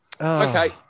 Okay